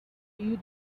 you